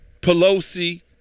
Pelosi